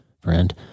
friend